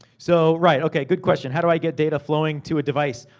so, right. okay, good question. how do i get data flowing to a device?